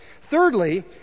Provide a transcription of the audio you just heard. Thirdly